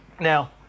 Now